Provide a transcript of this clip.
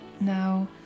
Now